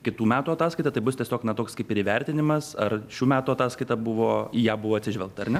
kitų metų ataskaita tai bus tiesiog na toks kaip ir įvertinimas ar šių metų ataskaita buvo į ją buvo atsižvelgta ar ne